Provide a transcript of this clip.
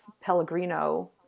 Pellegrino